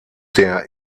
der